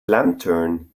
lantern